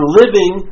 living